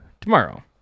tomorrow